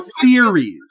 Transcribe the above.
theories